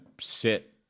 sit